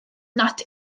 nad